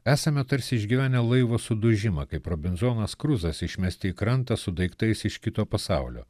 esame tarsi išgyvenę laivo sudužimą kaip robinzonas kruzas išmesti į krantą su daiktais iš kito pasaulio